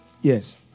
Yes